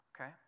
Okay